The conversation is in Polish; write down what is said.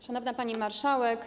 Szanowna Pani Marszałek!